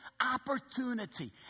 opportunity